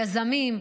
יזמים,